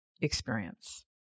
experience